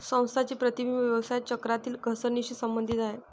संस्थांचे प्रतिबिंब व्यवसाय चक्रातील घसरणीशी संबंधित आहे